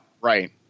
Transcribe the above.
Right